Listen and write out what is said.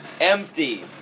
Empty